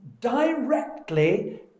directly